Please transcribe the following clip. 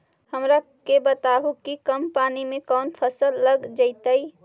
हमरा के बताहु कि कम पानी में कौन फसल लग जैतइ?